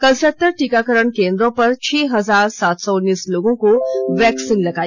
कल सत्तर टीकाकरण केंद्रों पर छह हजार सात सौ उन्नीस लोगों को वैक्सीन लगाई